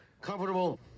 Comfortable